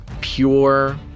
pure